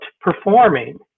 performing